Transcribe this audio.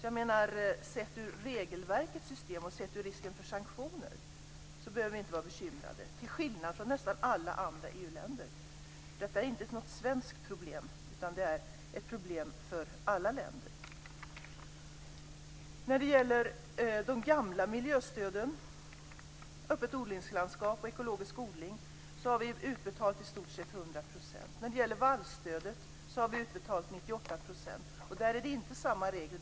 Sett med tanke på regelverkets system och risken för sanktioner så behöver vi alltså inte vara bekymrade, till skillnad från nästan alla andra EU-länder. Detta är inte något svenskt problem, utan det är ett problem för alla länder. När det gäller de gamla miljöstöden - öppet odlingslandskap och ekologisk odling - så har vi utbetalat i stort sett 100 %. När det gäller vallstödet har vi utbetalat 98 %- och där är det inte samma regler.